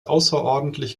außerordentlich